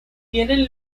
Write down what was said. tienen